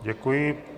Děkuji.